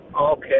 Okay